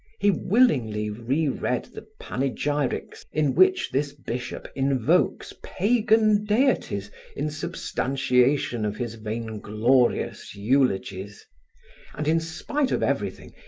he willingly re-read the panegyrics in which this bishop invokes pagan deities in substantiation of his vainglorious eulogies and, in spite of everything,